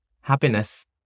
Happiness